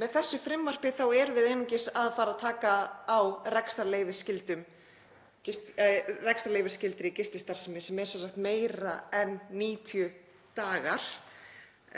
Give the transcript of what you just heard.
Með þessu frumvarpi erum við einungis að fara að taka á rekstrarleyfisskyldri gististarfsemi sem er sem sagt meira en 90 dagar.